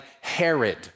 Herod